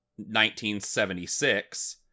1976